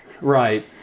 right